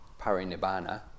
Parinibbana